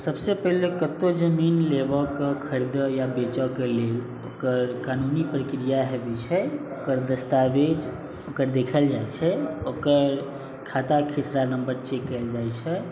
सबसे पहले कतौ जमीन लेबै कऽ खरदे या बेचैके लेल ओकर कानूनी प्रक्रिया हेबै छै ओकर दस्तावेज ओकर देखल जाइ छै ओकर खाता खेसरा नम्बर चेक कयल जाइ छै